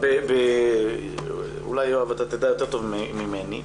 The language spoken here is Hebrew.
יואב, אולי תדע טוב ממני,